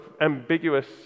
ambiguous